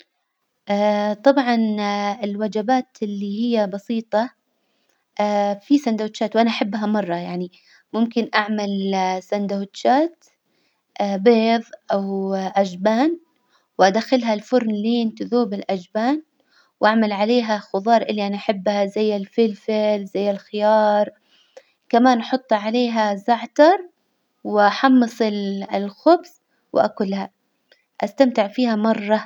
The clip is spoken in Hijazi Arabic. طبعا الوجبات اللي هي بسيطة في سندوتشات وأنا أحبها مرة، يعني ممكن أعمل سندوتشات بيظ أو أجبان وأدخلها الفرن لين تذوب الأجبان، وأعمل عليها خظار اللي أنا أحبها زي الفلفل، زي الخيار، كمان أحط عليها زعتر وأحمص ال- الخبز وأكلها، أستمتع فيها مرة.